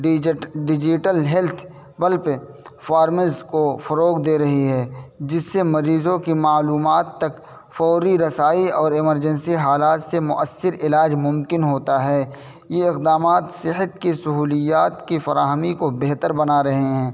digit digital health platforms کو فروغ دے رہی ہے جس سے مریضوں کی معلومات تک فوری رسائی اور ایمرجنسی حالات سے مؤثر علاج ممکن ہوتا ہے یہ اقدامات صحت کے سہولیات کے فراہمی کو بہتر بنا رہے ہیں